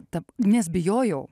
ta p nes bijojau